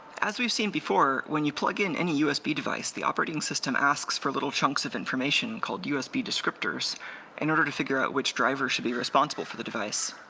as we've seen before when you plug in any usb device the operating system asks for little chunks of information called usb descriptors in order to figure out which driver should be responsible for the device.